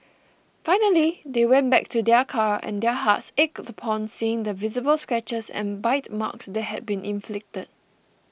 finally they went back to their car and their hearts ached upon seeing the visible scratches and bite marks that had been inflicted